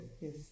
Yes